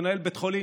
מנהל בית חולים.